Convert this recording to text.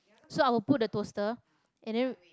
so I will put the toaster and then